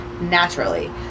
naturally